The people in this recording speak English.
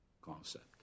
concept